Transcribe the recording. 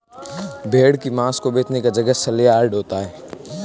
भेड़ की मांस को बेचने का जगह सलयार्ड होता है